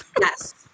Yes